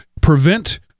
prevent